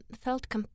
felt